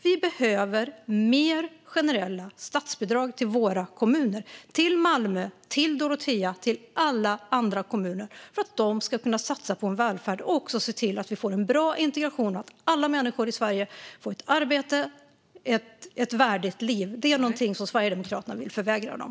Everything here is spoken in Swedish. Vi behöver mer generella statsbidrag till våra kommuner - till Malmö, till Dorotea och till alla andra kommuner - för att de ska kunna satsa på välfärd och se till att vi får en bra integration och att alla människor i Sverige får ett arbete och ett värdigt liv. Det är någonting som Sverigedemokraterna vill förvägra dem.